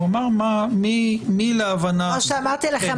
כמו שאמרתי לכם,